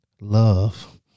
love